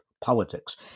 politics